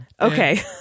Okay